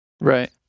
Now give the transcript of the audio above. Right